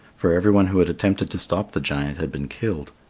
for everyone who had attempted to stop the giant had been killed.